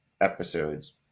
episodes